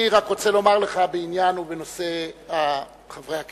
אני רק רוצה לומר לך בעניין ובנושא חברי הכנסת: